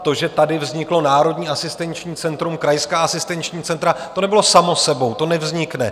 To, že tady vzniklo Národní asistenční centrum, krajská asistenční centra, to nebylo samo sebou, to nevznikne samo.